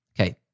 Okay